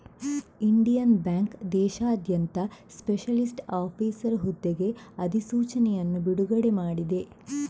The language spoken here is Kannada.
ಇಂಡಿಯನ್ ಬ್ಯಾಂಕ್ ದೇಶಾದ್ಯಂತ ಸ್ಪೆಷಲಿಸ್ಟ್ ಆಫೀಸರ್ ಹುದ್ದೆಗೆ ಅಧಿಸೂಚನೆಯನ್ನು ಬಿಡುಗಡೆ ಮಾಡಿದೆ